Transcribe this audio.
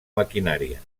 maquinària